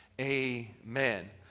amen